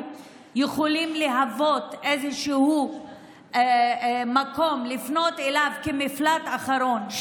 יכולים להוות איזשהו מקום לפנות אליו כמפלט אחרון,